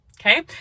Okay